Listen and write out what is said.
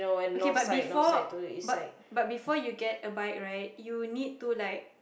okay but before but but before you get a bike right you need to like